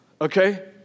okay